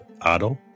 Otto